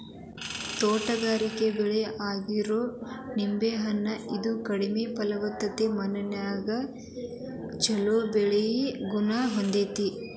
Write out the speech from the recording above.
ತೋಟಗಾರಿಕೆ ಬೆಳೆ ಆಗಿರೋ ಲಿಂಬೆ ಹಣ್ಣ, ಇದು ಕಡಿಮೆ ಫಲವತ್ತತೆಯ ಮಣ್ಣಿನ್ಯಾಗು ಚೊಲೋ ಬೆಳಿಯೋ ಗುಣ ಹೊಂದೇತಿ